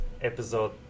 episode